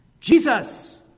Jesus